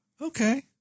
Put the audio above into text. Okay